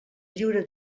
lliure